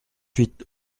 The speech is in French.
huit